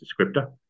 descriptor